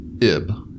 ib